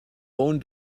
own